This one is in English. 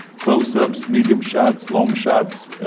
close-ups, medium shots, long shots,